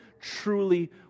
truly